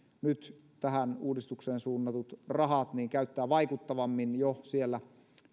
nyt tähän uudistukseen suunnatut rahat käyttää vaikuttavammin jo siellä